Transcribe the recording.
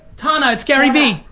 tana, it's gary vee,